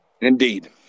indeed